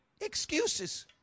excuses